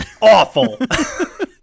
awful